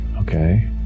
Okay